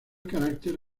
carácter